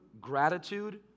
gratitude